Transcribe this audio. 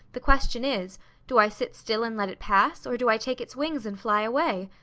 the question is do i sit still and let it pass, or do i take its wings and fly away?